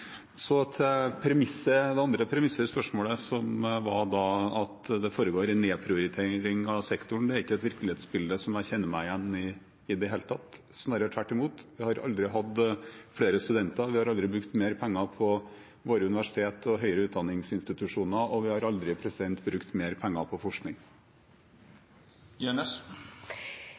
det andre premisset i spørsmålet, som var at det foregår en nedprioritering av sektoren. Det er ikke et virkelighetsbilde jeg kjenner meg igjen i i det hele tatt, snarere tvert imot. Vi har aldri hatt flere studenter, vi har aldri brukt mer penger på våre universitet og høyere utdanningsinstitusjoner, og vi har aldri brukt mer penger på forskning.